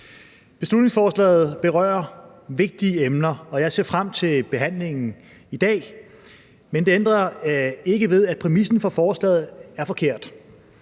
Beslutningsforslaget berører vigtige emner, og jeg ser frem til behandlingen i dag. Men det ændrer ikke ved, at præmissen for forslaget er forkert.